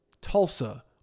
Tulsa